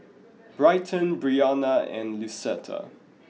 Bryton Brionna and Lucetta